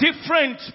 different